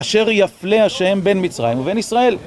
אשר יפלא השם בין מצרים ובין ישראל.